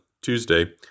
Tuesday